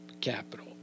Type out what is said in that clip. capital